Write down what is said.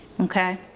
Okay